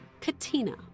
Katina